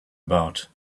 about